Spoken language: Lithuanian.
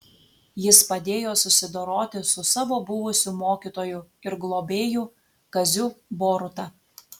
jis padėjo susidoroti su savo buvusiu mokytoju ir globėju kaziu boruta